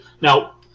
Now